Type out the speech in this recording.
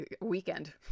weekend